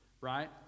right